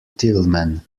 tillman